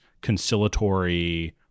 conciliatory